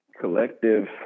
collective